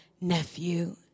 nephew